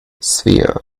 svea